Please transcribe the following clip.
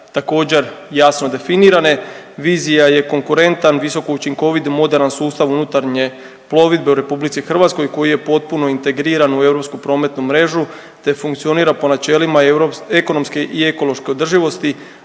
također jasno definirane. Vizija je konkurentan, visokoučinkovit, moderan sustav unutarnje plovidbe u RH koji je potpuno integriran u europsku prometnu mrežu te funkcionira po načelima ekonomske i ekološke održivosti,